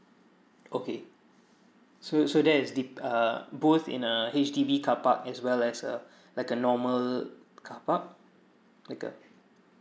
okay so so there is de~ uh both in a H_D_B carpark as well as a like a normal carpark like a